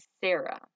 Sarah